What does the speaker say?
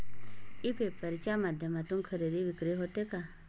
E paper च्या माध्यमातून खरेदी विक्री होते का?